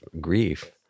grief